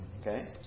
Okay